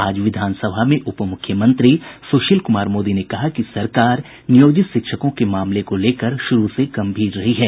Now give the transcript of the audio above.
आज विधानसभा में उप मुख्यमंत्री सुशील कुमार मोदी ने कहा कि सरकार नियोजित शिक्षकों के मामले को लेकर शुरू से गंभीर रही है